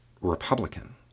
Republican